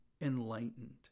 enlightened